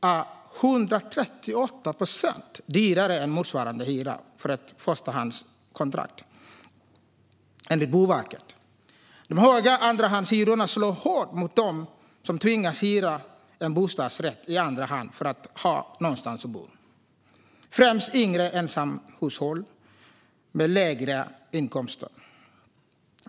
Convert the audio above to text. är, enligt Boverket, 138 procent dyrare än motsvarande hyra för ett förstahandskontrakt. De höga andrahandshyrorna slår hårt mot dem som tvingas hyra en bostadsrätt i andra hand för att ha någonstans att bo - främst yngre ensamhushåll med lägre inkomster.